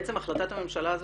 בעצם החלטת הממשלה הזאת,